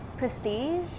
prestige